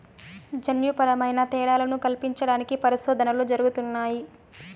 జన్యుపరమైన తేడాలను కల్పించడానికి పరిశోధనలు జరుగుతున్నాయి